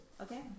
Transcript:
Okay